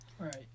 Right